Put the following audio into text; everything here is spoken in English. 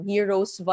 Heroes